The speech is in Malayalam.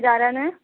ഇതാരാണ്